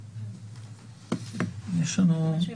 --- אשי,